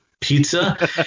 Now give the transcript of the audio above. pizza